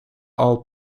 all